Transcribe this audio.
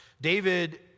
David